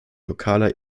lokaler